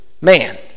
man